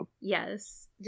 Yes